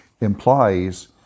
implies